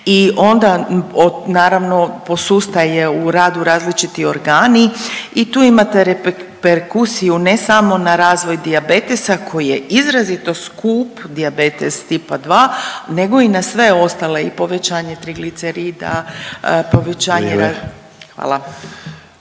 i onda naravno posustaje u radu različiti organi i tu imate reperkusiju ne samo na razvoj dijabetesa koji je izrazito skup, dijabetes Tipa 2 nego i na sve ostale i povećanje triglicerida, povećanje